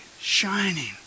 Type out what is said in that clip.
shining